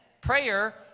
Prayer